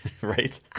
Right